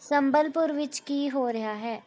ਸੰਬਲਪੁਰ ਵਿੱਚ ਕੀ ਹੋ ਰਿਹਾ ਹੈ